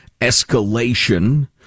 escalation